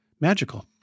magical